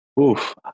oof